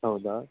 ಹೌದಾ